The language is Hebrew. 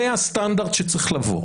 זה הסטנדרט שצריך לבוא.